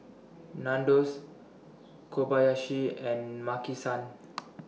Nandos Kobayashi and Maki San